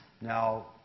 Now